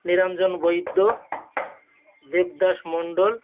Niranjan Baidya Debdas Mondal